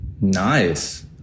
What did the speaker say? Nice